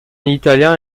italien